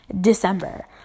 December